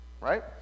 right